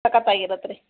ಸಕತ್ತಾಗಿ ಇರತ್ತೆ ರೀ